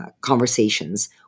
conversations